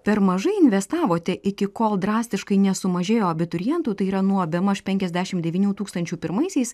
per mažai investavote iki kol drastiškai nesumažėjo abiturientų tai yra nuo bemaž penkiasdešimt devynių tūkstančių pirmaisiais